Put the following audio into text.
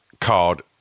card